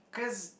cause